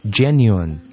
genuine